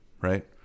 right